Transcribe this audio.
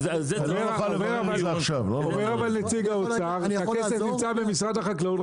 אבל אומר נציג האוצר שהכסף נמצא במשרד החקלאות,